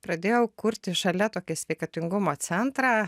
pradėjau kurti šalia tokį sveikatingumo centrą